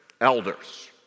elders